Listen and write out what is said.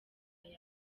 yawe